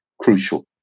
crucial